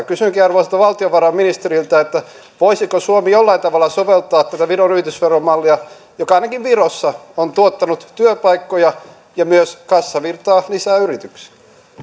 kysynkin arvoisalta valtiovarainministeriltä voisiko suomi jollain tavalla soveltaa viron yritysveromallia joka ainakin virossa on tuottanut työpaikkoja ja myös kassavirtaa lisää yrityksiä